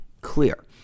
clear